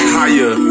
higher